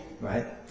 right